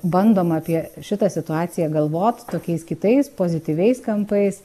bandoma apie šitą situaciją galvot tokiais kitais pozityviais kampais